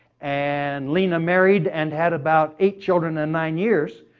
and lena married and had about eight children in nine years,